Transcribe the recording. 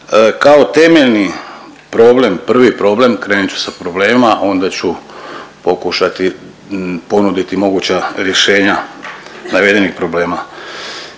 Kao temeljni problem, prvi problem, krenut ću sa problemima onda ću pokušati ponuditi moguća rješenja navedenih problema